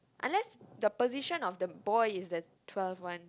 unless the position of the boy is a twelve one